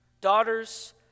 daughters